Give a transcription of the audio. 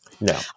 no